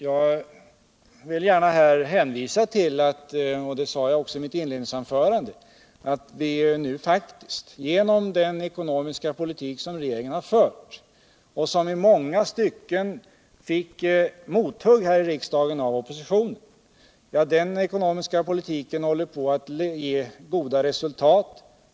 Jag vill här gärna hänvisa till - och detta sade jag också i mitt inledningsanförande —-att den ekonomiska politik som regeringen har fört och som i många stycken fick mothugg här i riksdagen av oppositionen nu håller på att ge goda resultat.